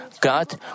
God